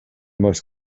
most